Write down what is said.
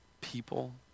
people